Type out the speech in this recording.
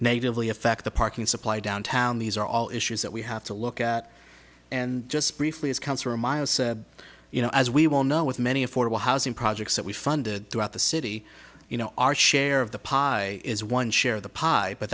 natively affect the parking supply downtown these are all issues that we have to look at and just briefly is cancer miles you know as we well know with many affordable housing projects that we funded throughout the city you know our share of the pie is one share of the pie but